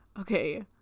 Okay